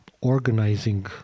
organizing